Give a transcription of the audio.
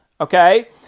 okay